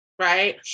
right